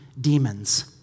demons